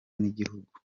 n’igihugu